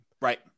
Right